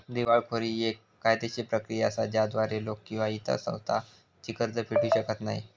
दिवाळखोरी ही येक कायदेशीर प्रक्रिया असा ज्याद्वारा लोक किंवा इतर संस्था जी कर्ज फेडू शकत नाही